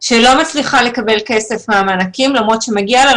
שלא מצליחה לקבל כסף מהמענקים למרות שמגיע לה,